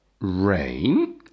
rain